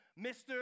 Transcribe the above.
Mr